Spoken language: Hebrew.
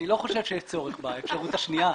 אני לא חושב שיש צורך באפשרות השנייה.